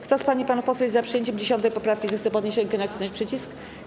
Kto z pań i panów posłów jest za przyjęciem 10. poprawki, zechce podnieść rękę i nacisnąć przycisk.